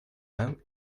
them